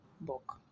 book